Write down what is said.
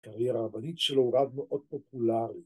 ‫קריירה רבנית שלו הוא רב מאוד פופולרי.